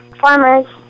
Farmers